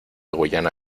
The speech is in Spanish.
guayana